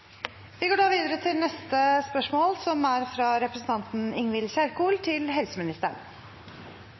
Vi gå da videre til neste hovedspørsmål. Som vi kjenner til,